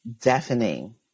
deafening